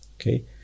Okay